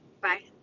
Bye